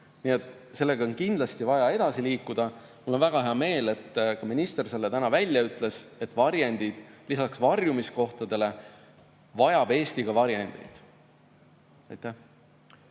Nii et sellega on kindlasti vaja edasi liikuda. Mul oli väga hea meel, kui minister selle täna välja ütles, et lisaks varjumiskohtadele vajab Eesti ka varjendeid. Suur